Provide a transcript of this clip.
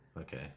okay